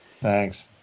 Thanks